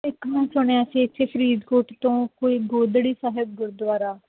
ਇੱਕ ਮੈਂ ਸੁਣਿਆ ਸੀ ਇੱਥੇ ਫਰੀਦਕੋਟ ਤੋਂ ਕੋਈ ਗੋਦੜੀ ਸਾਹਿਬ ਗੁਰਦੁਆਰਾ